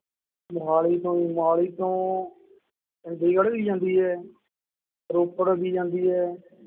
ਮੋਹਾਲੀ ਤੋਂ ਮੋਹਾਲੀ ਤੋਂ ਚੰਡੀਗੜ੍ਹ ਵੀ ਜਾਂਦੀ ਹੈ ਰੋਪੜ ਵੀ ਜਾਂਦੀ ਹੈ